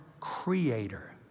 creator